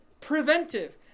preventive